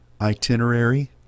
itinerary